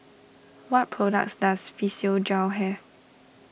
what products does Physiogel have